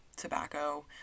tobacco